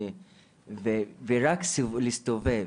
רק להסתובב,